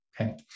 Okay